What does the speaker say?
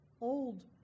Old